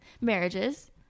marriages